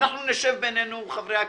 אנחנו נשב בינינו, חברי הכנסת,